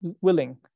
willing